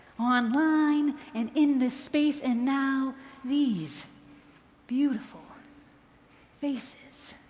on line and in this space and now these beautiful faces.